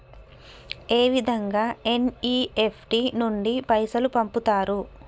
ఏ విధంగా ఎన్.ఇ.ఎఫ్.టి నుండి పైసలు పంపుతరు?